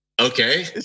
Okay